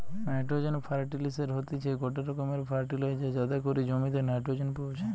nitrogen ফার্টিলিসের হতিছে গটে রকমের ফার্টিলাইজার যাতে করি জমিতে নাইট্রোজেন পৌঁছায়